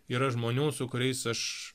yra žmonių su kuriais aš